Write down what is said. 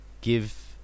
give